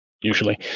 usually